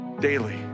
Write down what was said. daily